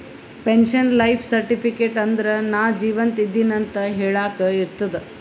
pension life certificate ಅಂದುರ್ ನಾ ಜೀವಂತ ಇದ್ದಿನ್ ಅಂತ ಹೆಳಾಕ್ ಇರ್ತುದ್